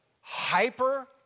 hyper